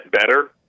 better